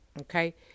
okay